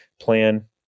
plan